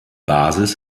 basis